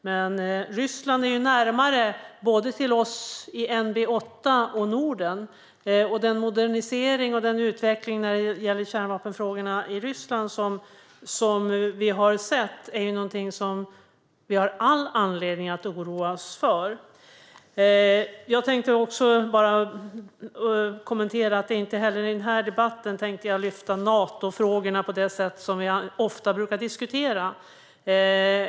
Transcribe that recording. Men Ryssland är ju närmare både oss i NB8 och Norden, och den modernisering och utveckling som vi har sett när det gäller kärnvapenfrågorna i Ryssland är någonting som vi har all anledning att oroa oss för. Jag tänkte också kommentera att jag inte heller i den här debatten tänkte lyfta Natofrågorna på det sätt som vi ofta brukar diskutera dem.